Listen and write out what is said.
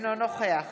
אינו נוכח